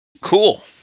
Cool